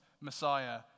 Messiah